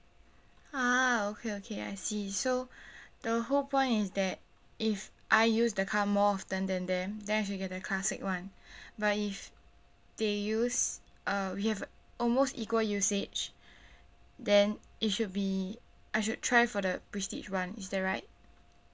ah okay okay I see so the whole point is that if I use the car more often than them then I should get the classic one but if they use uh we have almost equal usage then it should be I should try for the prestige one is that right